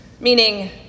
meaning